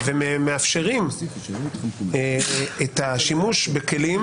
ומאפשרים את השימוש בכלים,